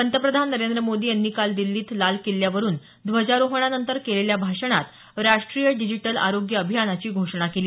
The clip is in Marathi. पंतप्रधान नरेंद्र मोदी यांनी काल दिल्लीत लाल किल्ल्यावरून ध्वजारोहणानंतर केलेल्या भाषणात राष्ट्रीय डिजीटल आरोग्य अभियानाची घोषणा केली